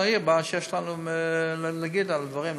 ואנחנו נעיר מה שיש לנו להגיד על הדברים,